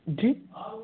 जी